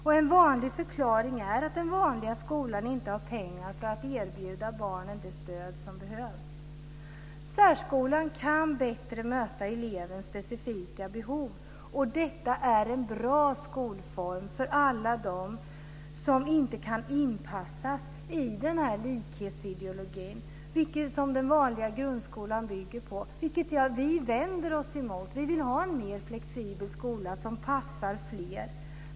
Och en vanlig förklaring är att den vanliga skolan inte har pengar att erbjuda barnen det stöd som behövs. Särskolan kan bättre möta elevens specifika behov. Och detta är en bra skolform för alla dem som inte kan inpassas i den här likhetsideologin som den vanliga grundskolan bygger på, vilket gör att vi vänder oss emot detta. Vi vill ha en mer flexibel skola som passar fler.